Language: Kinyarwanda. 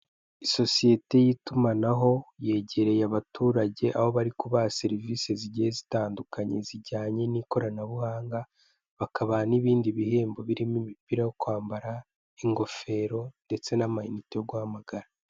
Isosiyete y'itumanaho yegereye abaturage, aho bari kubaha serivise zigiye zitandukanye zijyanye n'ikoranabuhanga, bakabaha n'ibindi bihembo biromo imipira yo kwambara, ingofero, ndetse n'amayinite yo guhamagara.